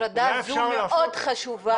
ההפרדה הזו מאוד חשובה.